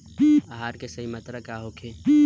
आहार के सही मात्रा का होखे?